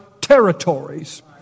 territories